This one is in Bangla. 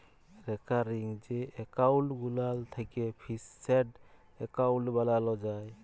রেকারিং যে এক্কাউল্ট গুলান থ্যাকে ফিকসেড এক্কাউল্ট বালালো যায়